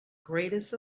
greatest